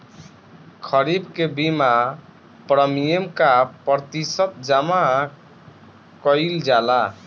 खरीफ के बीमा प्रमिएम क प्रतिशत जमा कयील जाला?